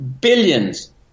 billions